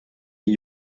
die